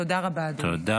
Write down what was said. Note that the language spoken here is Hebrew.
תודה רבה, אדוני.